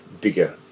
bigger